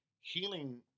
healing